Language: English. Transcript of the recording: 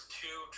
two